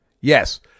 Yes